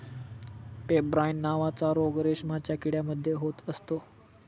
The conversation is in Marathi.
पेब्राइन नावाचा रोग रेशमाच्या किडे मध्ये होत असतो